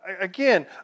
Again